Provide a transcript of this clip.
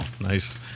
Nice